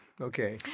Okay